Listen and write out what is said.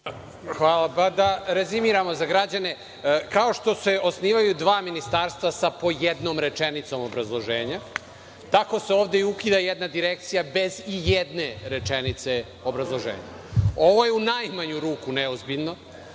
Hvala. Da rezimiramo za građane, kao što se osnivaju dva ministarstva sa po jednom rečenicom obrazloženje, tako se ovde ukida jedna Direkcija bez ijedne rečenice obrazloženja. Ovo je u najmanju ruku neozbiljno.